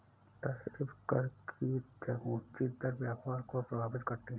tariff कर की ऊँची दर व्यापार को प्रभावित करती है